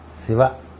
Siva